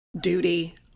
duty